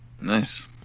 Nice